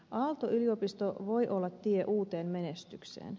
aalto yliopisto voi olla tie uuteen menestykseen